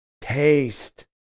Taste